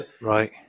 right